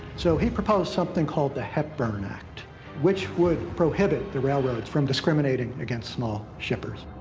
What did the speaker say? so he proposed something called the hepburn act which would prohibit the railroads from discriminating against small shippers.